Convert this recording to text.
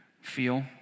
feel